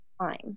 time